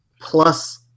plus